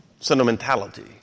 sentimentality